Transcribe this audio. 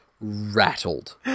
rattled